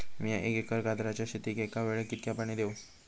मीया एक एकर गाजराच्या शेतीक एका वेळेक कितक्या पाणी देव?